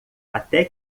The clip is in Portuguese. até